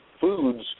foods